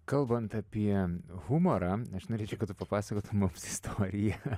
kalbant apie humorą aš norėčiau kad tu papasakotum aps istoriją